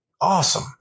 awesome